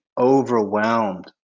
overwhelmed